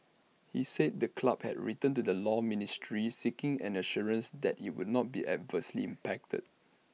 he said the club had written to the law ministry seeking an assurance that IT would not be adversely impacted